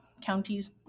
counties